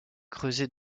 creuser